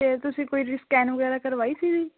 ਅਤੇ ਤੁਸੀਂ ਕੋਈ ਜੀ ਸਕੈਨ ਵਗੈਰਾ ਕਰਵਾਈ ਸੀ ਜੀ